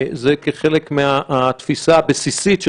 זה כחלק מהתפיסה הבסיסית של